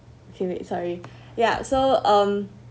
okay wait sorry ya so um